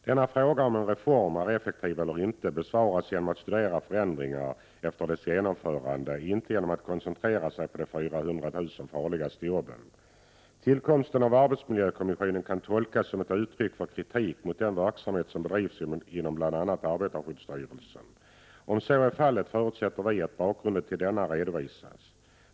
Denna fråga — om en reform är effektiv eller inte — besvaras genom att studera förändringar efter dess genomförande, inte genom att koncentrera sig på de 400 000 farligaste jobben. Tillkomsten av arbetsmiljökommissionen kan tolkas som ett uttryck för kritik mot den verksamhet som bedrivs inom bl.a. arbetarskyddsstyrelsen. Om så är fallet förutsätter vi att bakgrunden till denna redovisas.